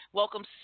welcome